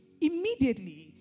Immediately